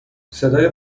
صدای